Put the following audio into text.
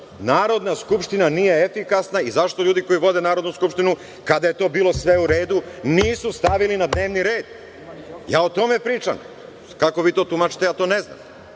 Narodna skupština nije efikasna i zašto ljudi koji vode Narodnu skupštinu, kada je to bilo sve u redu, nisu stavili na dnevni red. Ja o tome pričam, a kako vi to tumačite, ja to ne znam. Molim